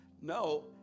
No